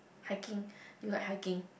hiking do you like hiking